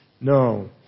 No